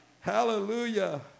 Hallelujah